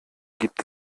gibt